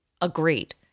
Agreed